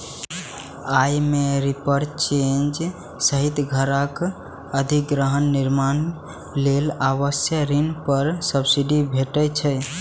अय मे रीपरचेज सहित घरक अधिग्रहण, निर्माण लेल आवास ऋण पर सब्सिडी भेटै छै